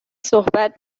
صحبت